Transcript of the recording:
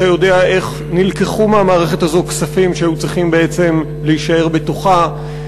אתה יודע איך נלקחו מהמערכת הזאת כספים שהיו צריכים בעצם להישאר בתוכה,